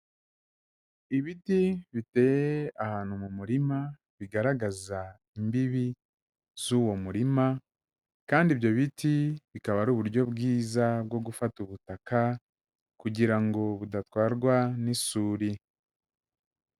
Ibiti biteye ahantu mu murima, bigaragaza imbibi z'uwo murima kandi ibyo biti bikaba ari uburyo bwiza bwo gufata ubutaka kugira ngo budatwarwa n'isuri.